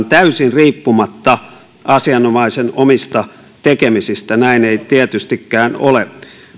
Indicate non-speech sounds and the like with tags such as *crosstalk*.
*unintelligible* täysin riippumatta asianomaisen omista tekemisistä näin ei tietystikään ole